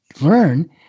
learn